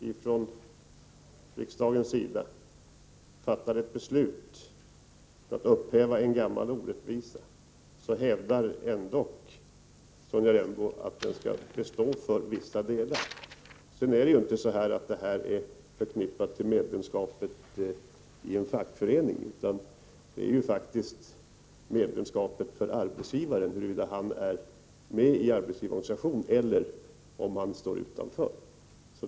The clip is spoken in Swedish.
När riksdagen äntligen fattar ett beslut om att upphäva en gammal orättvisa hävdar Sonja Rembo ändock att den skall bestå till vissa delar. Sedan är ju detta inte förknippat med medlemskapet i en fackförening, utan det gäller faktiskt arbetsgivarens medlemskap — huruvida han är med i arbetsgivarorganisation eller står utanför.